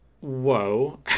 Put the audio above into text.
whoa